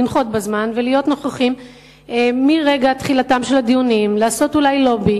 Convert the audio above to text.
לנחות בזמן ולהיות נוכחים מרגע תחילתם של הדיונים ולעשות אולי לובי.